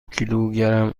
کیلوگرم